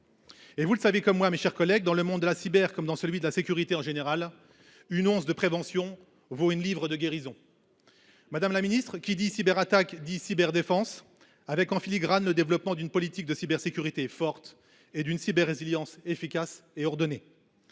dans les temps à venir. Mes chers collègues, dans le monde de la cyber, comme dans celui de la sécurité en général, une once de prévention vaut une livre de guérison. Madame la ministre déléguée, qui dit cyberattaques dit cyberdéfense, avec en filigrane le développement d’une politique de cybersécurité forte et d’une cyber résilience efficace et coordonnée.